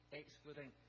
excluding